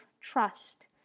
trust